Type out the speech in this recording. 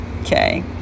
okay